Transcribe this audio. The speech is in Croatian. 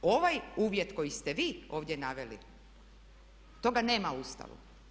Ovaj uvjet koji ste vi ovdje naveli toga nema u Ustavu.